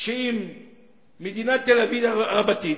שהיא מדינת תל-אביב רבתי,